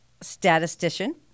statistician